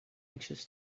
anxious